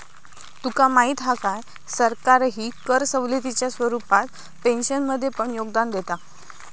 तुका माहीत हा काय, सरकारही कर सवलतीच्या स्वरूपात पेन्शनमध्ये पण योगदान देता